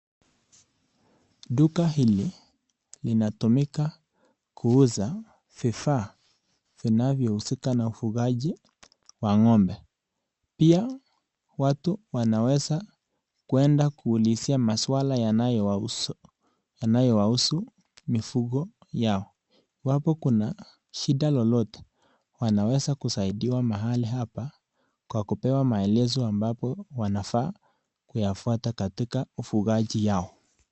Duka hili linatumika kuuza vifaa vinavyo husika na ufugaji wa ngombe. Pia watu wanaweza kwenda kuulizia maswala yanayo wahusu mifugo yao. Iwapo kuna shida lolote, wanaweza kusaidiwa mahali hapa kwa kupewa maelezo ambapo wanafaa kuyafuata katika ufugaji yao.